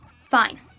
Fine